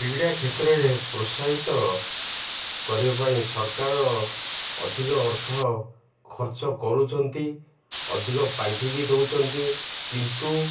କ୍ରୀଡ଼ା କ୍ଷେତ୍ରରେ ପ୍ରୋତ୍ସାହିତ କରିବା ପାଇଁ ସରକାର ଅଧିକ ଅର୍ଥ ଖର୍ଚ୍ଚ କରୁଛନ୍ତି ଅଧିକ ପାଣ୍ଠି ବି ଦଉଛନ୍ତି କିନ୍ତୁ